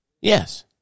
Yes